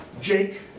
Jake